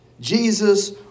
Jesus